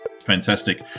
Fantastic